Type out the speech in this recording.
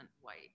white